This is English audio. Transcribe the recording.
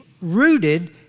rooted